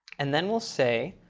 and then we'll say